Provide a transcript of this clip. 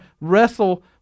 wrestle